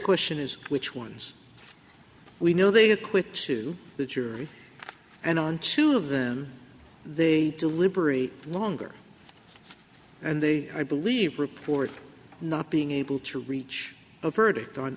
question is which ones we know they equipped to that you're and on two of them they deliberate longer and they i believe report not being able to reach a verdict on